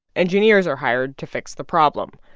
engineers are hired to fix the problem,